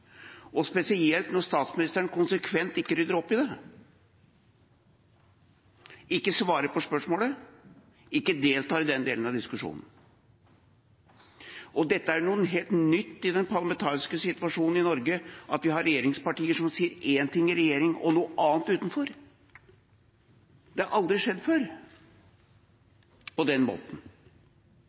Stortinget, spesielt når statsministeren konsekvent ikke rydder opp i det, ikke svarer på spørsmålet, ikke deltar i den delen av diskusjonen. Det er noe helt nytt i den parlamentariske situasjonen i Norge at vi har regjeringspartier som sier én ting i regjering, og noe annet utenfor. Det har aldri før skjedd på den måten,